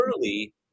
early